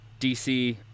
DC